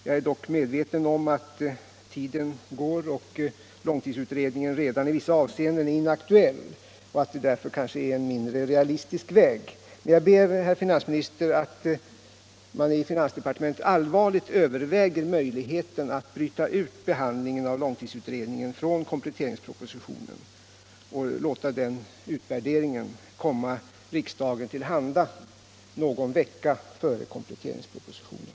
Jag är dock medveten om att tiden går och att långtidsutredningen redan i vissa avseenden är inaktuell, varför detta kanske inte är en realistisk väg. Men jag ber, herr finansminister, att man i finansdepartementet allvarligt överväger möjligheten att bryta ut behandlingen av långtidsutredningen från kompletteringspropositionen och låta den utvärderingen komma riksdagen till handa någon vecka före kompletteringspropositionen.